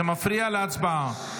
זה מפריע להצבעה.